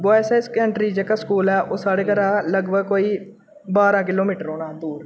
boys high secondary जेह्का school ऐ ओह् साढ़े घरा लगभग कोई बारां किलोमीटर होना